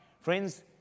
Friends